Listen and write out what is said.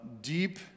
deep